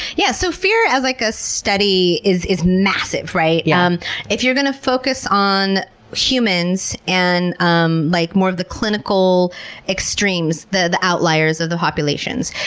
yeah so fear as like a study is is massive. yeah um if you're going to focus on humans, and um like more of the clinical extremes, the the outliers of the populations.